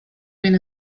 bien